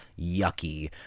yucky